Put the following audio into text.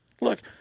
Look